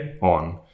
on